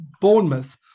bournemouth